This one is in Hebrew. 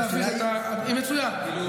זה מה שהסכמת עם המציעה, מצוין.